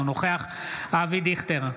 אינו נוכח אבי דיכטר,